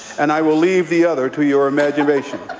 and i will leave the other to your imagination.